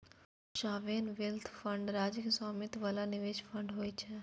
sovereign wealth fund राज्य के स्वामित्व बला निवेश फंड होइ छै